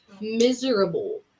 miserable